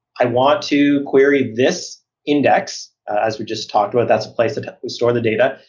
i want to query this index as we just talked about, that's a place that we store the data.